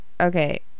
Okay